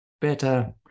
better